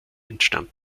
entstammen